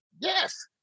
Yes